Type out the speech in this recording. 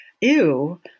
Ew